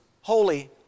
holy